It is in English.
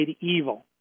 evil